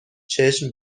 چشم